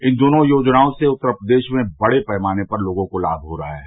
इन दोनों योजनाओं से उत्तर प्रदेश में बड़े पैमाने पर लोगों को लाष हो रहा है